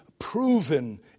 proven